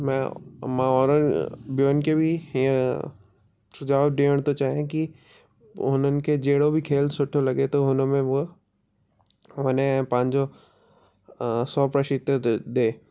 मां औरन ॿियनि खे बि हीअं सुझाव ॾियणु थो चाहयां की हुननि खे जहिड़ो बि खेल सुठो लॻे त हुन हूअ हुन में पंहिंजो सौ प्रतिशत ॾे